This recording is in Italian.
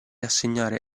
assegnare